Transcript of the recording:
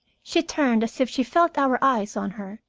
she turned, as if she felt our eyes on her,